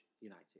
united